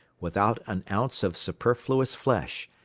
without an ounce of superfluous flesh,